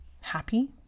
Happy